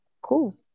Cool